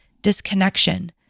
disconnection